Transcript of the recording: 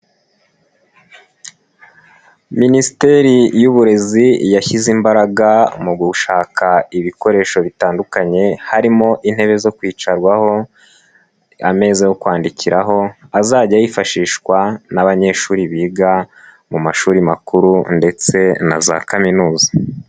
Minisiteri y'uburezi yashyize imbaraga mu gushaka ibikoresho bitandukanye harimo intebe zo kwicarwaho, ameza yo kwandikiraho azajya yifashishwa n'abanyeshuri biga mu mashuri makuru ndetse na za kaminuza.